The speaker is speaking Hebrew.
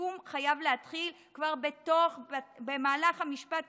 השיקום חייב להתחיל כבר במהלך המשפט,